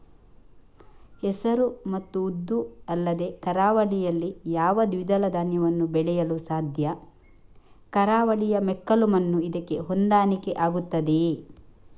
ಹೆಸರು ಮತ್ತು ಉದ್ದು ಅಲ್ಲದೆ ಕರಾವಳಿಯಲ್ಲಿ ಯಾವ ದ್ವಿದಳ ಧಾನ್ಯವನ್ನು ಬೆಳೆಯಲು ಸಾಧ್ಯ? ಕರಾವಳಿಯ ಮೆಕ್ಕಲು ಮಣ್ಣು ಇದಕ್ಕೆ ಹೊಂದಾಣಿಕೆ ಆಗುತ್ತದೆಯೇ?